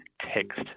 text